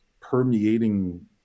permeating